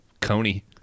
Coney